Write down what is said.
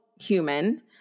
human